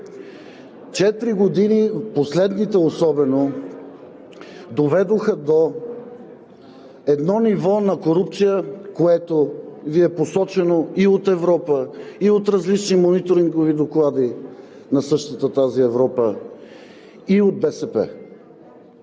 Четири години, последните особено, доведоха до едно ниво на корупция, което Ви е посочено и от Европа, и от различни мониторингови доклади на същата тази Европа, и от БСП.